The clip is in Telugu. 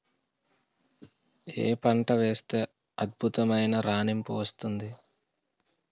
ఏ పంట వేస్తే అద్భుతమైన రాణింపు వస్తుంది?